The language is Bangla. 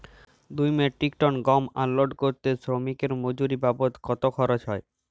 দুই মেট্রিক টন গম আনলোড করতে শ্রমিক এর মজুরি বাবদ কত খরচ হয়?